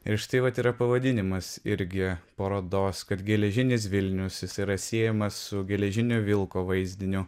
ir štai vat yra pavadinimas irgi parodos kad geležinis vilnius jis yra siejamas su geležinio vilko vaizdiniu